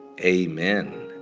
Amen